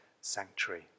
sanctuary